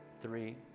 three